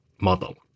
model